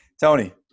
Tony